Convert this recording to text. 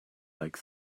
like